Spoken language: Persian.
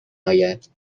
آید